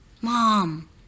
Mom